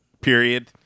Period